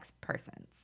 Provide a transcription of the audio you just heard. persons